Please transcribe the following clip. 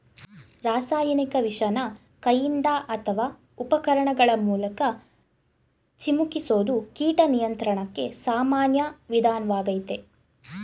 ರಾಸಾಯನಿಕ ವಿಷನ ಕೈಯಿಂದ ಅತ್ವ ಉಪಕರಣಗಳ ಮೂಲ್ಕ ಚಿಮುಕಿಸೋದು ಕೀಟ ನಿಯಂತ್ರಣಕ್ಕೆ ಸಾಮಾನ್ಯ ವಿಧಾನ್ವಾಗಯ್ತೆ